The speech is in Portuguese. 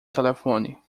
telefone